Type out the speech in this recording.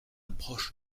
broche